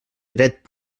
dret